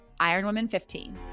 IRONWOMAN15